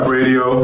Radio